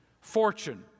Fortune